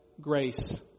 grace